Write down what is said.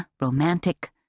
romantic